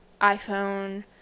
iPhone